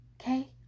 Okay